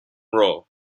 role